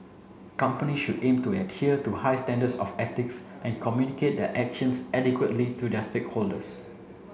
company should aim to adhere to high standards of ethics and communicate their actions adequately to their stakeholders